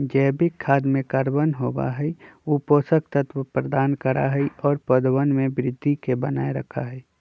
जैविक खाद में कार्बन होबा हई ऊ पोषक तत्व प्रदान करा हई और पौधवन के वृद्धि के बनाए रखा हई